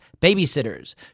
babysitters